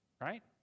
Right